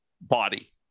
body